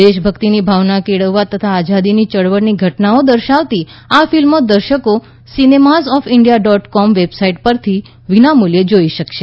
દેશભક્તિની ભાવના કેળવવા તથા આઝાદીની ચળવળની ઘટનાઓ દર્શાવતી આ ફિલ્મો દર્શકો Cinemas of India dot com website પરથી વિનામૂલ્યે જોઈ શકશે